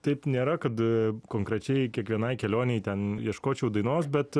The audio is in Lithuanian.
taip nėra kad konkrečiai kiekvienai kelionei ten ieškočiau dainos bet